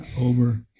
over